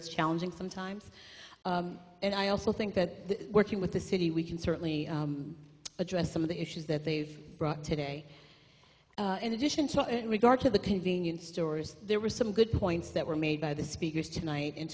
words challenging sometimes and i also think that working with the city we can certainly address some of the issues that they've brought today in addition to regard to the convenience stores there were some good points that were made by the speakers tonight in